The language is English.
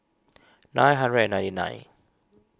nine hundred and ninety nine